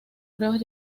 pruebas